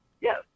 Yes